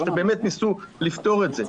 שבאמת ניסו לפתור את זה.